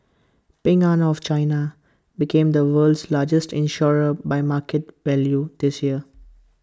Ping an of China became the world's largest insurer by market value this year